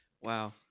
Wow